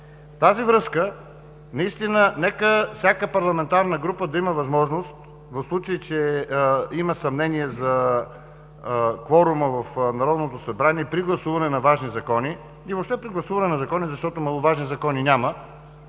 тази връзка нека всяка парламентарна група да има възможност, в случай че има съмнение за кворума в Народното събрание при гласуване на важни закони, и въобще при гласуване на закони, защото маловажни закони няма,